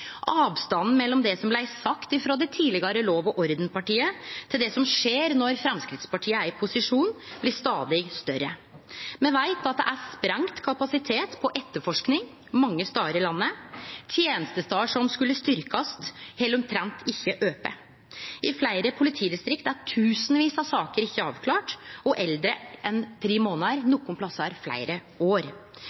Avstanden mellom det som blei sagt av det tidlegare lov-og-orden-partiet, til det som skjer når Framstegspartiet er i posisjon, blir stadig større. Me veit at det er sprengd kapasitet når det gjeld etterforsking, mange stader i landet – tenestestader som skulle styrkjast, held omtrent ikkje ope. I fleire politidistrikt er tusenvis av saker ikkje avklarte og eldre enn tre månader, nokre plassar fleire år.